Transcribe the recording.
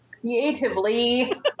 creatively